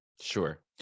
sure